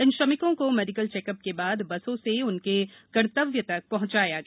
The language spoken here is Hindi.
इन श्रमिकों को मेडिकल चेकअप के बाद बसों से इनके गंतव्य तक पहंचाया गया